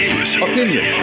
Opinion